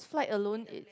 flight alone it's